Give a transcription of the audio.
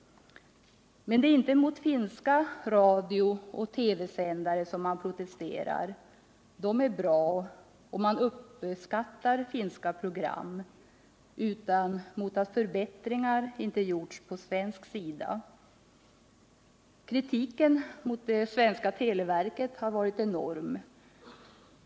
Men det är inte mot finska radiooch TV-sändare som man protesterar — de är bra och man uppskattar finska program — utan mot att förbättringar inte har gjorts på svensk sida. Kritiken mot det svenska televerket har varit enorm.